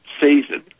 season